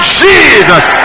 jesus